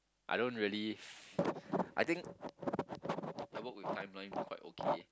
I don't really I think I work with my life quite okay